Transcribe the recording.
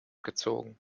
gezogen